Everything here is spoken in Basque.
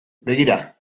begira